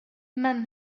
men